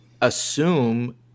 assume